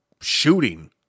shooting